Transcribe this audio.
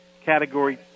Category